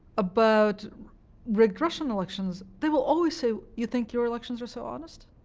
about rigged russian elections, they will always say, you think your elections are so honest?